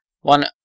one